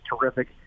terrific